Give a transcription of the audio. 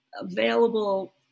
available